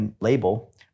label